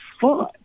fun